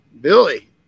billy